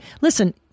Listen